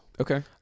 Okay